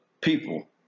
people